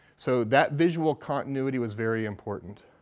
so that visual continuity was very important.